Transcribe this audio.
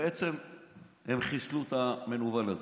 בעצם הם חיסלו את המנוול הזה.